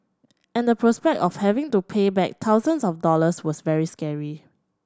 and the prospect of having to pay back thousands of dollars was very scary